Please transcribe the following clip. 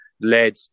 led